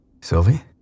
Sylvie